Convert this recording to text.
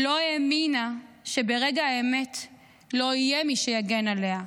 לא האמינה שברגע האמת לא יהיה מי שיגן עליה,